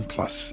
Plus